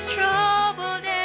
troubled